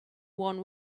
won